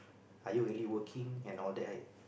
are you really working and all that